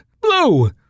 Blue